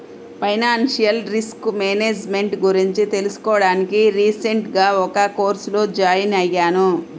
financial risk management గురించి తెలుసుకోడానికి recent గా ఒక కోర్సులో జాయిన్ అయ్యాను